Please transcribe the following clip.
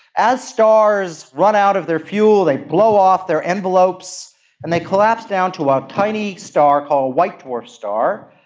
as stars run out of their fuel they blow off their envelopes and they collapse down to a tiny star called a white dwarf star,